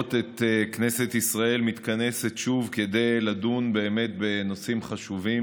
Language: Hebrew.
לראות את כנסת ישראל מתכנסת שוב כדי לדון באמת בנושאים חשובים,